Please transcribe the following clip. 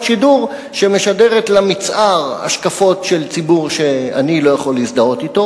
שידור שמשדרת למצער השקפות של ציבור שאני לא יכול להזדהות אתו,